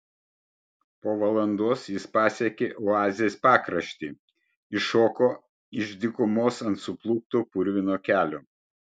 po valandos jis pasiekė oazės pakraštį iššoko iš dykumos ant suplūkto purvino kelio